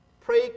pray